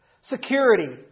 security